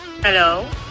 Hello